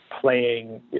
playing